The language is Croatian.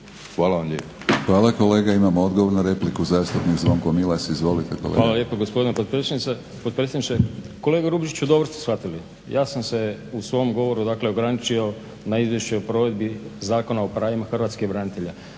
Hvala vam lijepa.